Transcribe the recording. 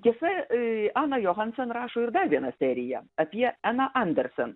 tiesa ana johansen rašo ir dar vieną seriją apie eną andersen